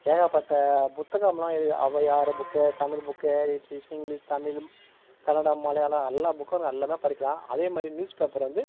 ஏகப்பட்ட புத்தகமெலாம் இ Avvaiyar book Tamil book English தமிழும் கன்னட மலையாள எல்லா புக்கும் இருக்கும் எல்லாமே படிக்கலாம் அதே மாரி நியூஸ்பேப்பர் வந்து